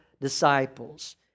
disciples